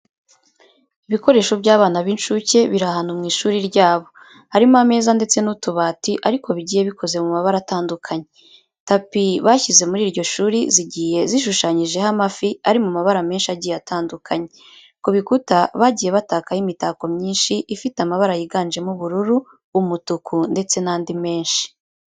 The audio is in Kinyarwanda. Ibikoresho by'abana b'inshuke biri ahantu mu ishuri ryabo. Harimo ameza ndetse n'utubati ariko bigiye bikoze mu mabara atandukanye. Tapi bashyize muri iryo shuri zigiye zishushanyijeho amafi ari mu mabara menshi agiye atandukanye. Ku bikuta bagiye batakaho imitako myinshi ifite amabara yiganjemo ubururu, umutuku ndetse n'andi menshi.